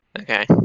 Okay